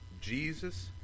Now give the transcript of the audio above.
Jesus